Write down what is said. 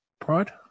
Pride